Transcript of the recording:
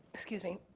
excuse me,